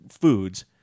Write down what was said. Foods